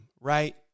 right